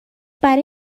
برای